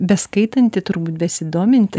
beskaitanti turbūt besidominti